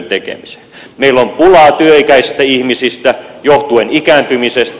meillä on pulaa työikäisistä ihmisistä johtuen ikääntymisestä